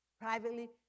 Privately